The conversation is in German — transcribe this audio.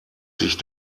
sich